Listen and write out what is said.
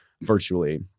virtually